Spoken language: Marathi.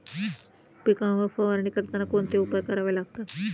पिकांवर फवारणी करताना कोणते उपाय करावे लागतात?